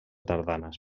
tardanes